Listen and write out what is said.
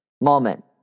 moment